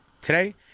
Today